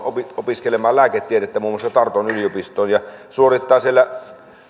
opiskelemaan lääketiedettä muun muassa tarton yliopistoon ja suorittaa siellä